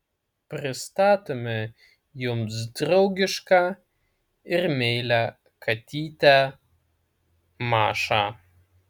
pristatome jums draugišką ir meilią katytę mašą